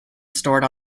stored